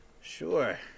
Sure